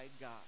God